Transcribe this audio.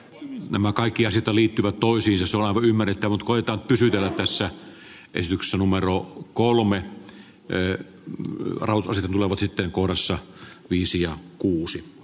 tämä kaikki asetta liittyvät toisiinsa sulava kymmenettä voi koettaa pysytellä jossa ei syksynumero kolme veera arosusi tulevat sitten kuorossa viisi ja arvioinut